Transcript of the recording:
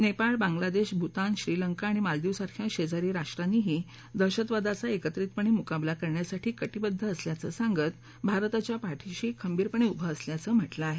नेपाळ बांग्लादेश भूतान श्रीलंका आणि मालदीव सारख्या शेजारी राष्ट्रांनी दहशतवादाचा एकत्रिपणे मुकाबला करण्यासाठी कटिबद्ध असल्याचं सांगत भारताच्या पाठीशी खंबीरपणे उभे असल्याचं म्हटलं आहे